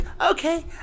okay